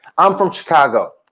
i'm from chicago.